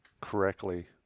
correctly